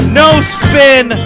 no-spin